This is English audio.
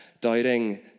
Doubting